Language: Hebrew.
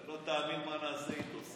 אתה לא תאמין מה נעשה איתו.